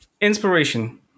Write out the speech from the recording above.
inspiration